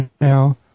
now